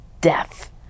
death